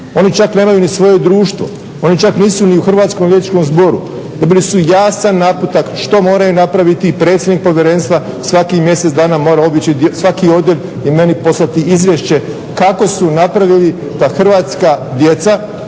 Oni čak nemaju ni svoje društvu, oni čak nisu ni u Hrvatskom liječničkom zboru. Dobili su jasan naputak što moraju napraviti, predsjednik povjerenstva svakih mjesec dana mora obići svaki odjel i meni poslati izvješće kako su napravili da hrvatska djeca